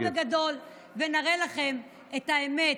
אנחנו נחזור בגדול ונראה לכם את האמת,